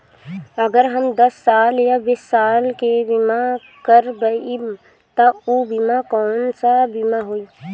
अगर हम दस साल या बिस साल के बिमा करबइम त ऊ बिमा कौन सा बिमा होई?